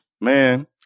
Man